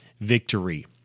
victory